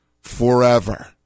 forever